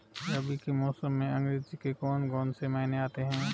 रबी के मौसम में अंग्रेज़ी के कौन कौनसे महीने आते हैं?